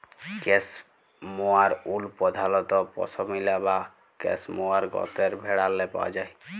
cashmere wool পধালত পশমিলা বা ক্যাসমোয়ার গত্রের ভেড়াল্লে পাউয়া যায়